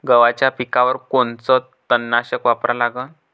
गव्हाच्या पिकावर कोनचं तननाशक वापरा लागन?